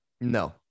No